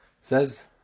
Says